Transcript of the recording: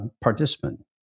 participant